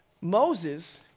Moses